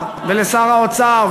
ולשר האוצר,